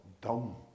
dumb